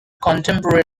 contemporary